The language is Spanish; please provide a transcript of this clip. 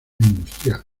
industrial